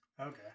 Okay